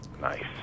Nice